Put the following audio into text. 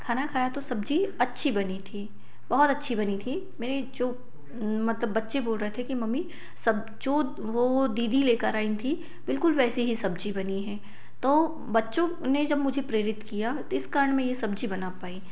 खाना खाया तो सब्ज़ी अच्छी बनी थी बहुत अच्छी बनी थी मेरी जो मतलब बच्चे बोल रहे थे कि मम्मी सब जो वो दीदी लेकर आईं थी बिल्कुल वैसे ही सब्ज़ी बनी है तो बच्चों ने जब मुझे प्रेरित किया तो इस कारण मैं ये सब्ज़ी बना पाई